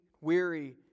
weary